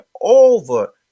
over